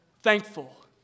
thankful